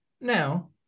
Now